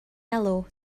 alw